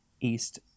East